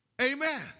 Amen